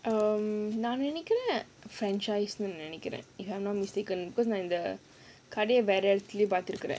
um நான் நினைக்கிறேன்:naan ninaikkiraen franchise நினைக்கிறேன்:ninaikkiraen if I'm not mistaken because like the கடைய வேற இடத்துல பாத்துருக்குறேன்:kadaya vera idathula paathurukkuraen